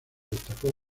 destacó